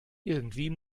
irgendwie